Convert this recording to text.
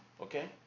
okay